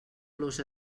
los